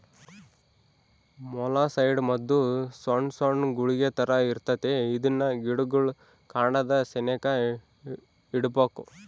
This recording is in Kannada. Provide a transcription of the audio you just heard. ಮೊಲಸ್ಸೈಡ್ ಮದ್ದು ಸೊಣ್ ಸೊಣ್ ಗುಳಿಗೆ ತರ ಇರ್ತತೆ ಇದ್ನ ಗಿಡುಗುಳ್ ಕಾಂಡದ ಸೆನೇಕ ಇಡ್ಬಕು